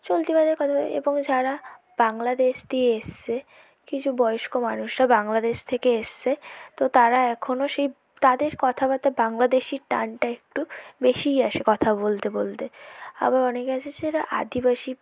চলতি ভাষায় কথা বলে এবং যারা বাংলাদেশ দিয়ে এসেছে কিছু বয়স্ক মানুষরা বাংলাদেশ থেকে এসেছে তো তারা এখনও সেই তাদের কথাবার্তা বাংলাদেশি টানটা একটু বেশিই আসে কথা বলতে বলতে আবার অনেকে আছে যারা আদিবাসী